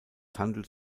handelt